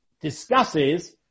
discusses